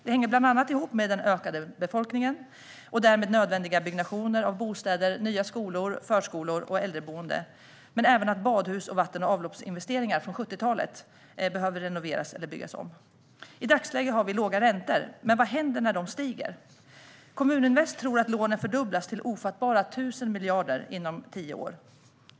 Det hänger bland annat ihop med den ökade befolkningen och därmed nödvändiga byggnationer av bostäder, nya skolor, förskolor och äldreboenden, men även med att badhus och vatten och avloppsinvesteringar från 1970-talet behöver renoveras eller byggas om. I dagsläget har vi låga räntor, men vad händer när de stiger? Kommuninvest tror att lånen fördubblas till ofattbara 1 000 miljarder inom tio år.